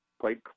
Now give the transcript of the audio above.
played